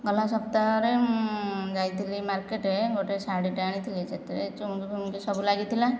ଗଲା ସପ୍ତାହରେ ମୁଁ ଯାଇଥିଲି ମାର୍କେଟ ଗୋଟିଏ ଶାଢ଼ୀଟେ ଆଣିଥିଲି ସେଥିରେ ଚୁମକି ଫୁମକି ସବୁ ଲାଗିଥିଲା